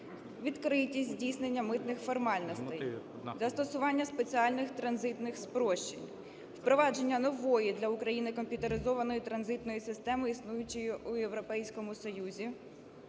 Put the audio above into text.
відкритість здійснення митних формальностей, застосування спеціальних транзитних спрощень, впровадження нової для України комп'ютеризованої транзитної системи, існуючої у Європейському Союзі,